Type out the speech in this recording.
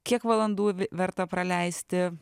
kiek valandų vi verta praleisti